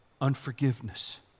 Unforgiveness